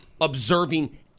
observing